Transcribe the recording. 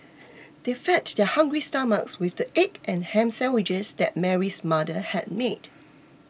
they fed their hungry stomachs with the egg and ham sandwiches that Mary's mother had made